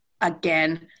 again